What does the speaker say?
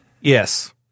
Yes